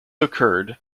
occurred